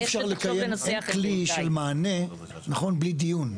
אי אפשר לקיים כלי של מענה בלי דיון.